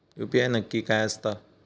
UPI नक्की काय आसता?